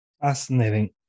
fascinating